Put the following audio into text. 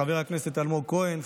חבר הכנסת אלמוג כהן,